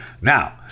now